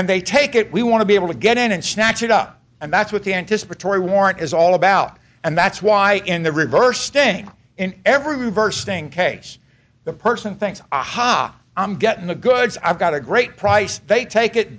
and they take it we want to be able to get in and snatch it up and that's what the anticipatory warrant is all about and that's why in the reverse thing in every bursting case the person thinks ah ha i'm getting the goods i've got a great price they take it